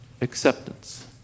acceptance